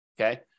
Okay